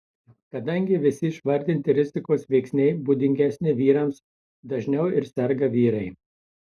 kadangi visi išvardinti rizikos veiksniai būdingesni vyrams dažniau ir serga vyrai